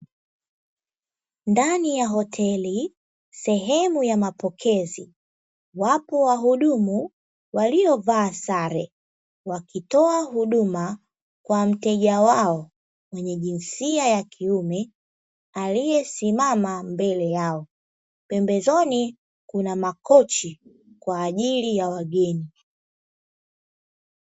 Ndani ya hoteli sehemu ya mapokezi, wapo wahudumu waliovaa sare; wakitoa huduma kwa mteja wao mwenye jinsia ya kiume aliyesimama mbele yao. Pembezoni kuna makochi kwa ajili ya wageni.